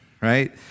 right